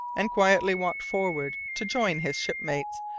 and quietly walked forward to join his shipmates,